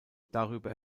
darüber